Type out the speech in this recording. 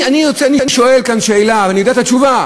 אני שואל כאן שאלה ואני יודע את התשובה,